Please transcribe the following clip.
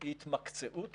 היא התמקצעות